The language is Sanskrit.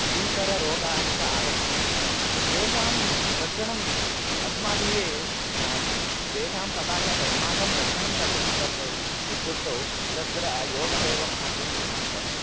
भीःकररोगाश्च आगच्छन्ति तेषां रक्षणम् अस्माभिः तेषां सकाशात् तस्माकं रक्षणं कथं कर्तव्यम् इत्युक्तौ तत्र योगः एव महत्वं स्थानं वहति